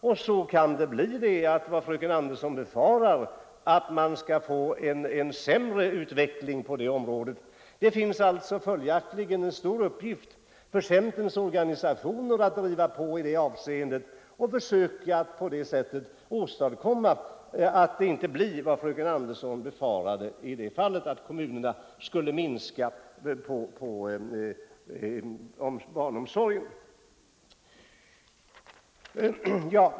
Då kan det som fröken Andersson befarar inträffa, att utvecklingen på barnomsorgsområdet inte blir så bra. Centerns organisationer har följaktligen en stor uppgift i det här avseendet, att driva på och försöka se till att kommunerna inte minskar barnomsorgen, vilket fröken Andersson befarade.